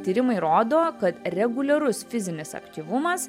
tyrimai rodo kad reguliarus fizinis aktyvumas